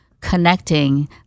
connecting